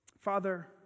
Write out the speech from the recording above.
Father